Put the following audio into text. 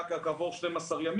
עצמאי מקבל רק כעבור 12 ימים,